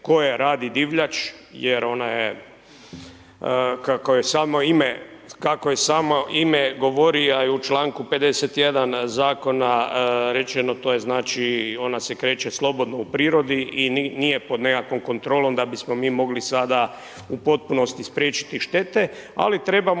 koje radi divljač, jer ona je kako joj samo ime, kako joj samo ime govori a i u članku 51. zakona rečeno to je znači ona se kreće slobodno u prirodi i nije pod nekakvom kontrolom da bismo mi mogli sada u potpunosti spriječiti štete, ali trebamo